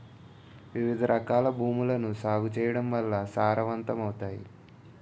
వివిధరకాల భూములను సాగు చేయడం వల్ల సారవంతమవుతాయి